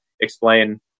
explain